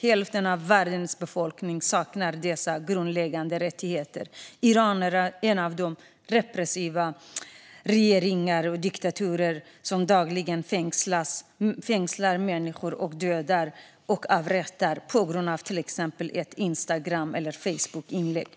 Hälften av världens befolkning saknar dessa grundläggande rättigheter. Iran är en av de repressiva regeringar och diktaturer som dagligen fängslar, dödar och avrättar människor på grund av till exempel ett Instagram eller Facebookinlägg.